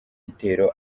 igitero